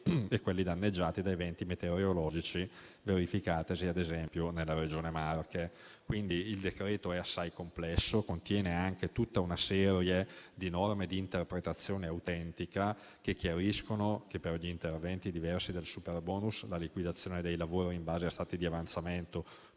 e quelli danneggiati da eventi meteorologici verificatisi, ad esempio, nella Regione Marche. Quindi il decreto-legge al nostro esame è assai complesso. Contiene tutta una serie di norme di interpretazione autentica che chiariscono che per gli interventi diversi dal superbonus, la liquidazione dei lavori in base a stati di avanzamento